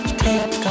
take